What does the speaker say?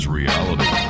reality